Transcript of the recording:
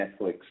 Netflix